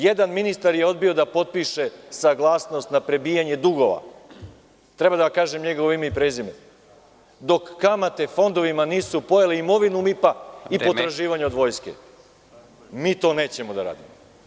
Jedan ministar je odbio da potpiše saglasnost na prebijanje dugova, treba da kažem njegovo ime i prezime, dok kamate fondovima nisu pojele imovinu MIP i potraživanja od vojske. (Predsednik: Vreme.) Mi to nećemo da radimo.